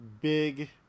big